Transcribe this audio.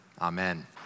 Amen